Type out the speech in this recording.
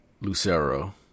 Lucero